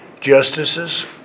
justices